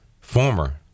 Former